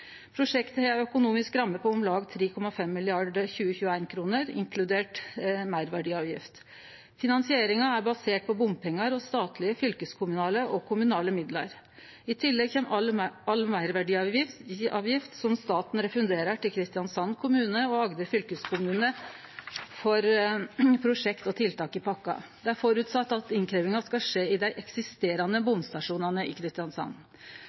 Prosjektet har ei økonomisk ramme på om lag 3,5 mrd. 2021-kroner, inkludert meirverdiavgift. Finansieringa er basert på bompengar og statlege, fylkeskommunale og kommunale midlar. I tillegg kjem all meirverdiavgift som staten refunderer til Kristiansand kommune og Agder fylkeskommune for prosjekt og tiltak i pakka. Det er ein føresetnad at innkrevjinga skal skje i dei eksisterande bomstasjonane i Kristiansand.